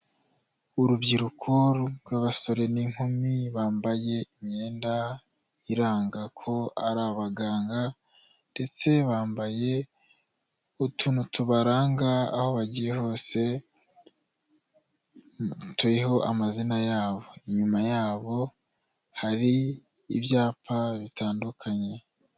Urubyiruko rw'abasore n'inkumi, bambaye imyenda iranga ko ari abaganga ndetse bambaye utuntu tubaranga aho bagiye hose turiho amazina yabo, inyuma yabo hari ibyapa bitandukanye.